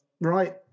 Right